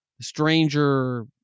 stranger